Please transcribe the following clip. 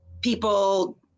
people